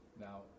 Now